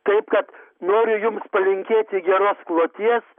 taip kad noriu jums palinkėti geros kloties